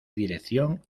dirección